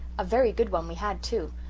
a very good one we had, too,